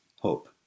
hope